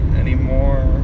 anymore